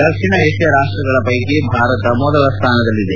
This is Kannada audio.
ದಕ್ಷಿಣ ಏಷ್ಯಾ ರಾಷ್ಟಗಳ ಪೈಕಿ ಭಾರತ ಮೊದಲ ಸ್ಥಾನದಲ್ಲಿದೆ